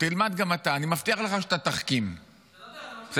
תלמד גם אתה, אני מבטיח לך שאתה תחכים, בסדר?